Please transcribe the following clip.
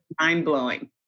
mind-blowing